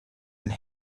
and